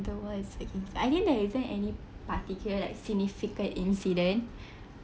the world is against I think there isn't any particular like significant incident